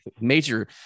major